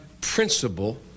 principle